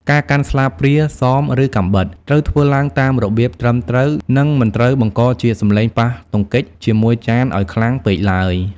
ការកាន់ស្លាបព្រា សម ឬកាំបិត ត្រូវធ្វើឡើងតាមរបៀបត្រឹមត្រូវ និងមិនត្រូវបង្កជាសំឡេងប៉ះទង្គិចជាមួយចានឱ្យខ្លាំងពេកឡើយ។